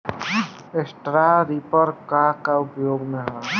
Straw reaper क का उपयोग ह?